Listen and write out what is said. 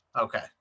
Okay